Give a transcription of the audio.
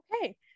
Okay